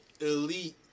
Elite